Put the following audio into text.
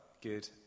good